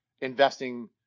investing